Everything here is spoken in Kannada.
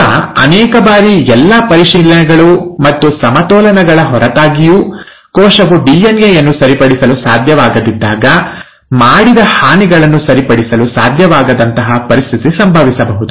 ಈಗ ಅನೇಕ ಬಾರಿ ಎಲ್ಲಾ ಪರಿಶೀಲನೆಗಳು ಮತ್ತು ಸಮತೋಲನಗಳ ಹೊರತಾಗಿಯೂ ಕೋಶವು ಡಿಎನ್ಎ ಯನ್ನು ಸರಿಪಡಿಸಲು ಸಾಧ್ಯವಾಗದಿದ್ದಾಗ ಮಾಡಿದ ಹಾನಿಗಳನ್ನು ಸರಿಪಡಿಸಲು ಸಾಧ್ಯವಾಗದಂತಹ ಪರಿಸ್ಥಿತಿ ಸಂಭವಿಸಬಹುದು